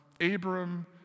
Abram